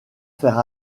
faire